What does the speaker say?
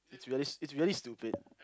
it's really it's really stupid